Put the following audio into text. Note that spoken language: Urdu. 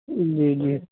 جی جی